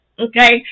Okay